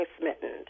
smitten